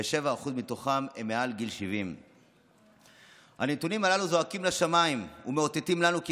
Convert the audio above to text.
ו-7% מתוכם הם מעל גיל 70. הנתונים הללו זועקים לשמיים ומאותתים לנו כי